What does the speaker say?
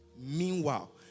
meanwhile